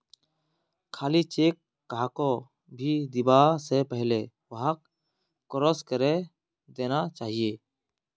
खाली चेक कहाको भी दीबा स पहले वहाक क्रॉस करे देना चाहिए